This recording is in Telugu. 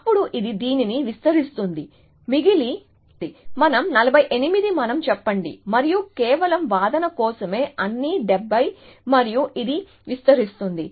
అప్పుడు ఇది దీనిని విస్తరిస్తుంది మిగిలి ఉంది 48 మనం చెప్పండి మరియు కేవలం వాదన కోసమే అన్నీ 70 మరియు ఇది విస్తరిస్తుంది